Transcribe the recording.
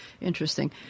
Interesting